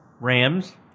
Rams